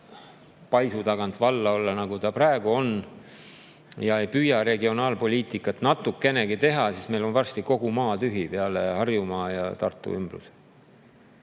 paisu tagant valla olla, nagu ta praegu on, ja ei püüa regionaalpoliitikat natukenegi teha, siis on varsti kogu maa tühi peale Harjumaa ja Tartu ümbruse,